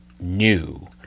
new